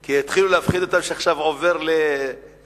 כי התחילו להפחיד אותם שעכשיו עובר לשדות-ים,